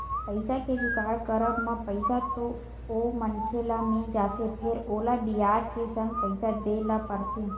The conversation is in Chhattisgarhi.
पइसा के जुगाड़ करब म पइसा तो ओ मनखे ल मिल जाथे फेर ओला बियाज के संग पइसा देय ल परथे